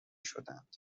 شدند